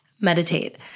meditate